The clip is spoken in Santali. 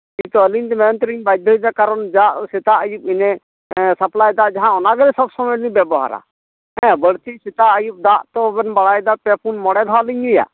ᱠᱤᱱᱛᱩ ᱟᱞᱤᱧ ᱫᱚ ᱢᱮᱱ ᱛᱮᱞᱤᱧ ᱵᱟᱫᱽᱫᱷᱚᱭᱮᱱᱟ ᱠᱟᱨᱚᱱ ᱥᱮᱛᱟᱜ ᱟᱭᱩᱵᱽ ᱤᱱᱟᱹ ᱥᱟᱯᱞᱟᱭ ᱫᱟᱜ ᱡᱟᱦᱟᱸ ᱚᱱᱟ ᱜᱮ ᱥᱚᱵ ᱥᱚᱢᱚᱭᱞᱮ ᱵᱮᱵᱚᱦᱟᱨᱟ ᱵᱟᱹᱲᱛᱤ ᱥᱮᱛᱟᱜ ᱟᱭᱩᱵᱽ ᱫᱟᱜ ᱛᱚᱵᱮᱱ ᱵᱟᱲᱟᱭ ᱜᱮᱭᱟ ᱯᱮ ᱯᱩᱱ ᱢᱚᱬᱮ ᱫᱷᱟᱣ ᱞᱤᱧ ᱧᱩᱭᱟ